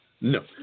no